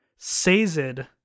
Sazed